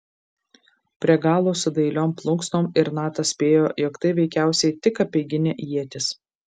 prie galo su dailiom plunksnom ir natas spėjo jog tai veikiausiai tik apeiginė ietis